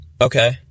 Okay